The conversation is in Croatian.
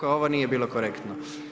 Ovo nije bilo korektno.